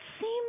seem